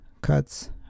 cuts